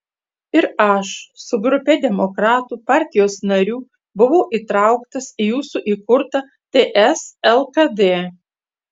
ir aš su grupe demokratų partijos narių buvau įtrauktas į jūsų įkurtą ts lkd